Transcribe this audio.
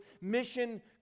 Mission